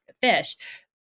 fish